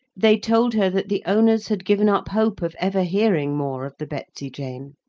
they told her that the owners had given up hope of ever hearing more of the betsy-jane,